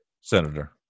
Senator